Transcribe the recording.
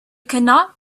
cannot